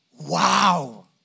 wow